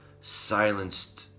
silenced